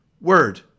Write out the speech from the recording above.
word